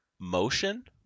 motion